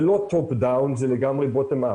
זה לא top down, זה לגמרי bottom up.